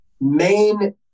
main